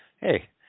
Hey